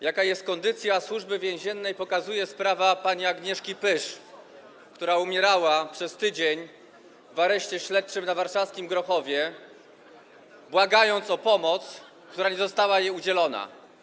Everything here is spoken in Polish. Jaka jest kondycja Służby Więziennej, pokazuje sprawa pani Agnieszki Pysz, która umierała przez tydzień w areszcie śledczym na warszawskim Grochowie, błagając o pomoc, ale ta pomoc nie została jej udzielona.